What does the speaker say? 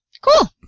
cool